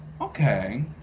Okay